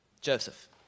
Joseph